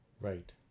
Right